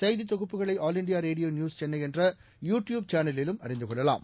செய்தி தொகுப்புகளை all India radio news Chennai என்ற யு டியூப் சேனலிலும் அறிந்து கொள்ளலாம்